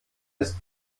ist